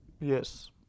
Yes